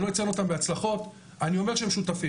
אני לא אציין אותם בהצלחות, אני אומר שהם שותפים.